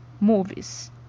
movies